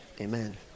Amen